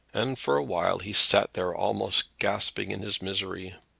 and for a while he sat there almost gasping in his misery.